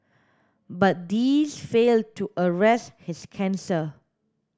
but these failed to arrest his cancer